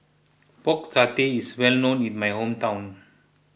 Pork Satay is well known in my hometown